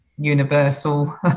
universal